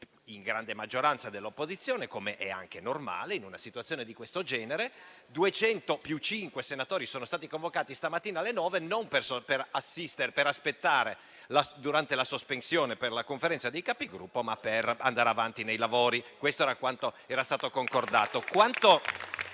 in grande maggioranza dell'opposizione, come è anche normale in una situazione di questo genere. Duecento più cinque senatori sono stati convocati stamattina alle 9, non per aspettare, durante la sospensione, dovuta alla Conferenza dei Capigruppo, ma per andare avanti nei lavori. Questo era quanto era stato concordato.